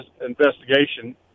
investigation